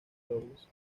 dobles